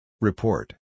Report